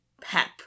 pep